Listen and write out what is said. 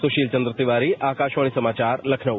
सुशील चन्द्र तिवारी आकाशवाणी समाचार लखनऊ